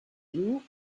you